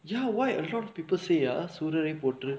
ya why a lot of people say ah sooraraipotru